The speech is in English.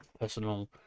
personal